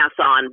on